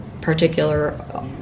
particular